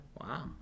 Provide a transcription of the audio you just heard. Wow